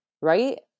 right